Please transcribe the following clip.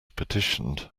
petitioned